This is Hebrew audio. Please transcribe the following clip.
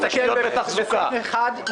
תשתיות ותחזוקה.